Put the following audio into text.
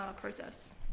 process